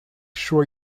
sure